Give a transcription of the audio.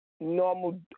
normal